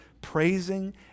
praising